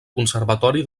conservatori